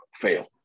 fail